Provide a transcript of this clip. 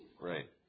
Right